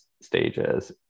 stages